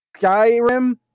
Skyrim